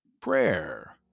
prayer